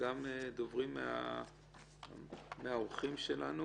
לדבר גם האורחים שלנו